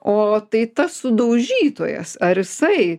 o tai tas sudaužytojas ar jisai